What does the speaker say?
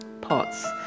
pots